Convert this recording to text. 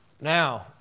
now